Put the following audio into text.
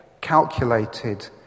calculated